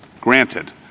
granted